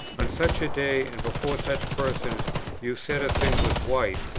on such a day and before such persons you said a thing was white,